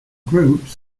groups